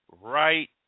right